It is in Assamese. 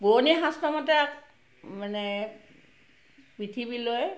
পুৰণি শাস্ত্ৰ মতে মানে পৃথিৱীলৈ